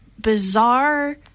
bizarre